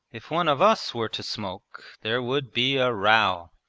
if one of us were to smoke there would be a row!